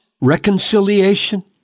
Reconciliation